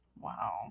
Wow